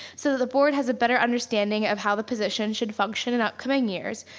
so the board has a better understanding of how the position should function in upcoming years,